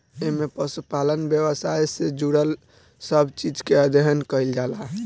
एमे पशुपालन व्यवसाय से जुड़ल सब चीज के अध्ययन कईल जाला